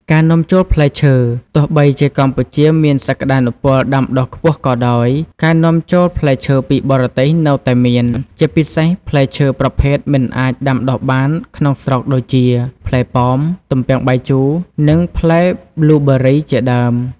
ការនាំចូលផ្លែឈើទោះបីជាកម្ពុជាមានសក្តានុពលដាំដុះខ្ពស់ក៏ដោយ ការនាំចូលផ្លែឈើពីបរទេសនៅតែមាន ជាពិសេសផ្លែឈើប្រភេទមិនអាចដាំដុះបានក្នុងស្រុកដូចជា ផ្លែប៉ោម ទំពាំងបាយជូ និង ផ្លែប៊្លូប៊ឺរី ជាដើម។